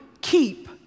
keep